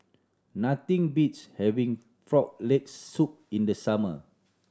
nothing beats having Frog Leg Soup in the summer